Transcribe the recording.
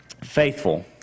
faithful